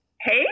Hey